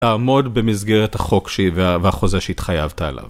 תעמוד במסגרת החוק והחוזה שהתחייבת עליו.